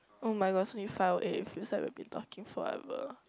oh my god it's only five O eight it feels like we've been talking forever